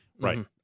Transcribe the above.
Right